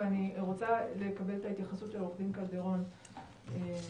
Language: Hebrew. ואני רוצה לקבל את התייחסות עורך הדין קלדרון לדברים.